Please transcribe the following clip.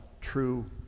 true